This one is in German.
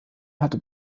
hatte